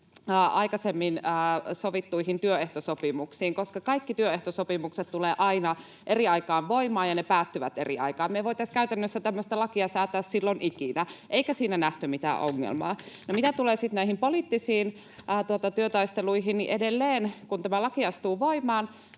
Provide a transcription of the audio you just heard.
aikaisemmin sovittuihin työehtosopimuksiin, koska kaikki työehtosopimukset tulevat aina eri aikaan voimaan ja ne päättyvät eri aikaan. Me ei voitaisi käytännössä tämmöistä lakia säätää silloin ikinä, eikä siinä nähty mitään ongelmaa. No, mitä tulee sitten näihin poliittisiin työtaisteluihin, niin edelleen, kun tämä laki astuu voimaan,